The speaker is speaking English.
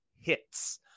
hits